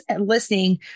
listening